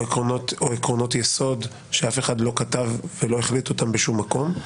עקרונות יסוד שאף אחד לא כתב ולא החליט בשום מקום,